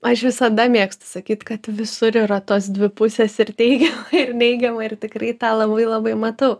aš visada mėgstu sakyt kad visur yra tos dvi pusės ir teigiama ir neigiamai ir tikrai tą labai labai matau